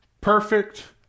perfect